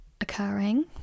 occurring